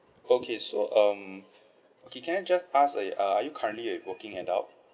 okay so um okay can I just ask uh uh are you currently a working adult